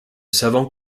savant